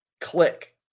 click